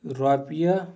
رۄپیہِ